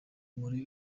muri